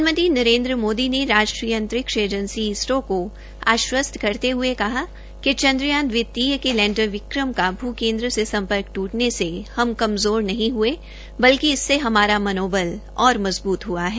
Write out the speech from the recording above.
प्रधानमंत्री नरेन्द्र मोदी ने राष्ट्रीय अंतरिक्ष एजंसी इसरो को आश्वस्त करते हुए कहा है कि चन्द्रयान द्वितीय के लैंडर विक्रम का भू केन्द्र से संपर्क ट्रटने से हम कमजोर नहीं हुए बल्कि इससे हमारा मनोबल और भी मजबूत हुआ है